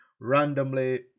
randomly